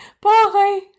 bye